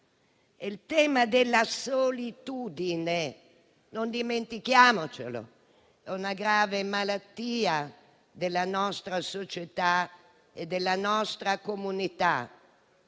Il tema della solitudine, non dimentichiamolo; la solitudine è una grave malattia della nostra società e delle nostre comunità.